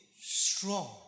strong